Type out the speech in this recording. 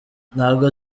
ntago